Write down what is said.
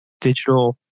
digital